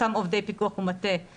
אותם עובדי פיקוח ומטה,